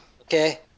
Okay